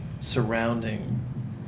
surrounding